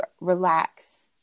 relax